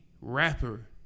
rapper